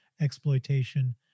exploitation